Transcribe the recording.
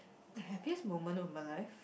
like a peace moment of my life